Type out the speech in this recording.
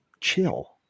chill